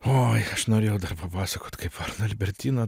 oi aš norėjau dar papasakot kaip albertina